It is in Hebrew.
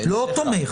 לא תומך.